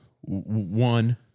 One